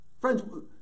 Friends